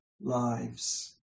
lives